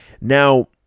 Now